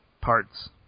parts